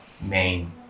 main